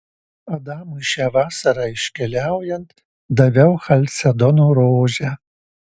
adamui šią vasarą iškeliaujant daviau chalcedono rožę